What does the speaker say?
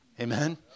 Amen